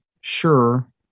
sure